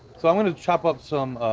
so, i'm going to chop up some